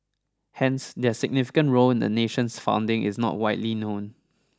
hence their significant role in the nation's founding is not widely known